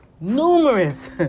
numerous